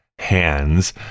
hands